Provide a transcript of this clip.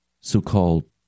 so-called